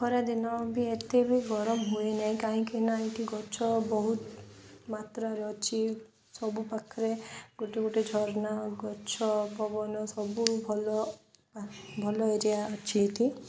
ଖରାଦିନ ବି ଏତେ ବି ଗରମ ହୁଏନାହିଁ କାହିଁକି ନା ଏଠି ଗଛ ବହୁତ ମାତ୍ରାରେ ଅଛି ସବୁ ପାଖରେ ଗୋଟେ ଗୋଟେ ଝରଣା ଗଛ ପବନ ସବୁ ଭଲ ଭଲ ଏରିଆ ଅଛି ଏଠି